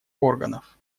органов